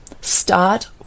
start